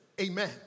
amen